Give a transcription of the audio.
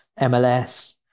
MLS